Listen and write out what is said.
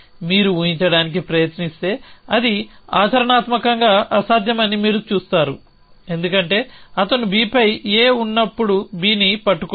మీరు ఊహించడానికి ప్రయత్నిస్తే అది ఆచరణాత్మకంగా అసాధ్యమని మీరు చూస్తారు ఎందుకంటే అతను B పై A ఉన్నప్పుడు Bని పట్టుకోలేడు